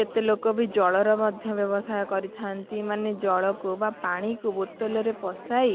କେତେ ଲୋକ ବି ଜଳର ମଧ୍ୟ ବ୍ୟବସାୟ କରିଥାନ୍ତି ମାନେ ଜଳକୁ ବା ପାଣିକୁ ବୋତଲରେ ପଶାଇ